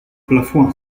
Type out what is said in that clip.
plafond